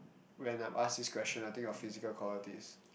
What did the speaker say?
when I'm asked this question I will think of physical quality is